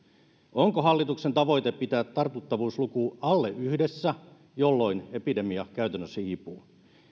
onko hallituksen tavoite pitää tartuttavuusluku alle yhdessä jolloin epidemia käytännössä hiipuu